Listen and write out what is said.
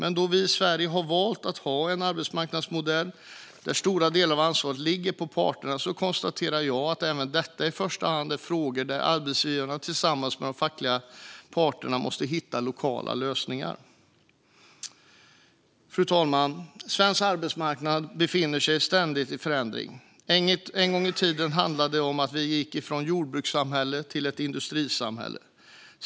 Men då vi i Sverige har valt att ha en arbetsmarknadsmodell där stora delar av ansvaret ligger på parterna konstaterar jag att även det i första hand är frågor där arbetsgivarna tillsammans med de fackliga parterna måste hitta lokala lösningar. Fru talman! Svensk arbetsmarknad befinner sig ständigt i förändring. En gång i tiden gick vi från ett jordbrukssamhälle till ett industrisamhälle.